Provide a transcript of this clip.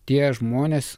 tie žmonės